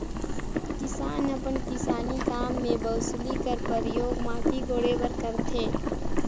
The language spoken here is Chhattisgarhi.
किसान अपन किसानी काम मे बउसली कर परियोग माटी कोड़े बर करथे